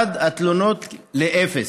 והתלונות ירדו כמעט לאפס,